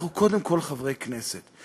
אנחנו קודם כול חברי כנסת.